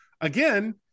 again